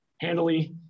handily